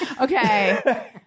Okay